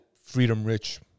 freedom-rich